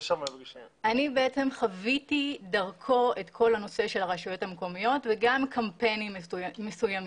אני חוויתי דרכו את כל הנושא של הרשויות המקומיות וגם קמפיינים מסוימים.